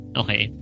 okay